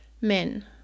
Men